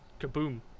kaboom